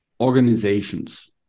organizations